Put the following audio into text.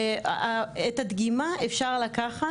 את הדגימה אפשר לקחת,